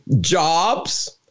Jobs